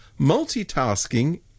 multitasking